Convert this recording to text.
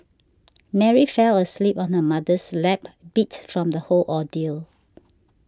Mary fell asleep on her mother's lap beat from the whole ordeal